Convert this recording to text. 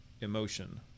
emotion